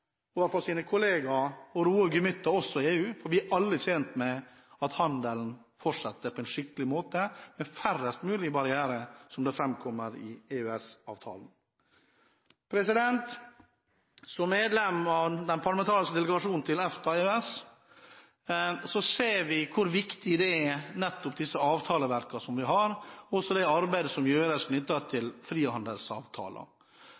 også i EU, for vi er alle tjent med at handelen fortsetter på en skikkelig måte med færrest mulige barrierer, som det framkommer i EØS-avtalen. Som medlem av den parlamentariske delegasjonen til EFTA og EØS ser vi hvor viktige de er nettopp disse avtaleverkene vi har, og også det arbeidet som gjøres